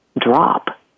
drop